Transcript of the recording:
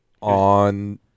on